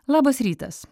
labas rytas